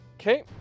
Okay